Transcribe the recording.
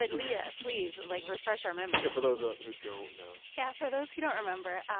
like leah, please, like, refresh our memory yeah, for those ah who don't know yeah, for those who don't remember,